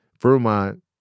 Vermont